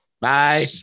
Bye